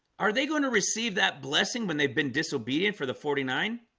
are they going to receive that blessing when they've been disobedient for the forty nine?